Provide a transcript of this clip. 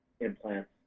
implants